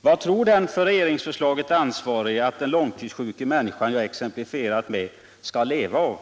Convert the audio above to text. Vad tror den för regeringsförslaget ansvarige att den långtidssjuka människa som jag exemplifierat med skall leva av?